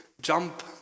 jump